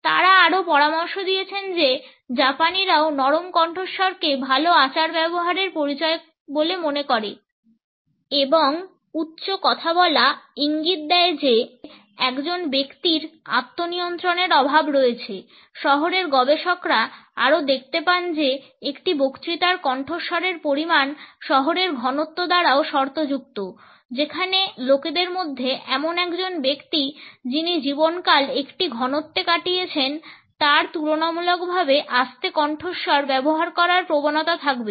তারা আরও পরামর্শ দিয়েছেন যে জাপানিরাও নরম কণ্ঠস্বরকে ভাল আচার ব্যবহারের পরিচয় বলে মনে করে এবং উচ্চস্বরে কথা বলা ইঙ্গিত দেয় যে একজন ব্যক্তির আত্মনিয়ন্ত্রণের অভাব রয়েছে শহরের গবেষকরা আরও দেখতে পান যে একটি বক্তৃতার কণ্ঠস্বরের পরিমাণ শহরের ঘনত্ব দ্বারাও শর্তযুক্ত যেখানে লোকেদের মধ্যে এমন একজন ব্যক্তি যিনি জীবনকাল একটি ঘনত্বে কাটিয়েছেন তার তুলনামূলকভাবে আস্তে কণ্ঠস্বর ব্যবহার করার প্রবণতা থাকবে